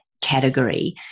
category